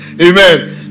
Amen